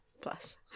Plus